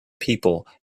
people